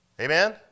Amen